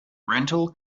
rental